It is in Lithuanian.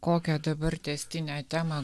kokią dabar tęstinę temą